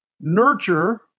Nurture